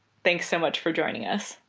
thanks so much for joining us.